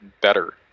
better